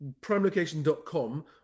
primelocation.com